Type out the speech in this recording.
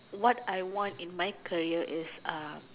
what I want in my career is